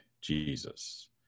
Jesus